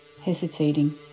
hesitating